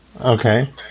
Okay